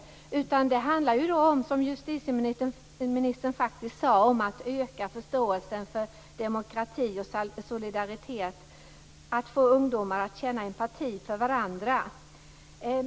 Det handlar, som justitieministern faktiskt sade, om att öka förståelsen för demokrati och solidaritet, att få ungdomar att känna empati för varandra.